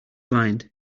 blind